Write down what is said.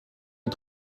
les